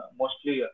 mostly